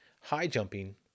high-jumping